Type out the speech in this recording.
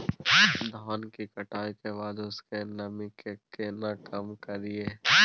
धान की कटाई के बाद उसके नमी के केना कम करियै?